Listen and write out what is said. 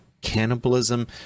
cannibalism